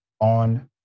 on